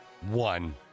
one